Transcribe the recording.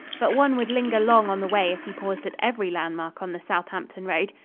but one would linger long on the way if he paused at every landmark on the southampton road.